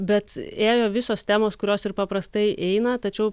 bet ėjo visos temos kurios ir paprastai eina tačiau